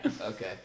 Okay